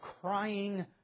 crying